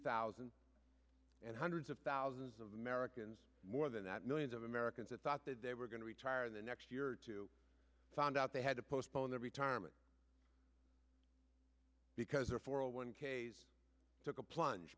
thousand and hundreds of thousands of americans more than that millions of americans that thought that they were going to retire in the next year or two found out they had to postpone their retirement because their four hundred one k s took a plunge